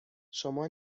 شما